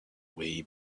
way